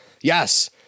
Yes